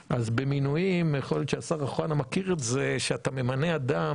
במינויים - יכול להיות שהשר אוחנה מכיר את זה - כשאתה ממנה אדם,